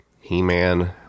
He-Man